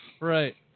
Right